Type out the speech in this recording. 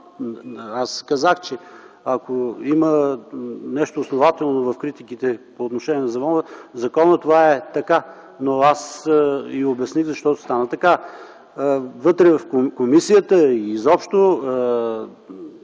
Аз казах, че ако има нещо основателно в критиките по отношение на закона, това е така. Но аз обясних и защо стана така. Вътре в комисията и изобщо